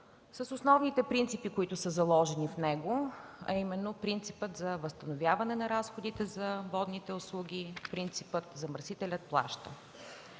с основните принципи, които са заложени в него, а именно принципът за възстановяване на разходите за водните услуги, принципът „Замърсителят плаща“.